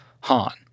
Han